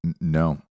no